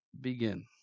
begin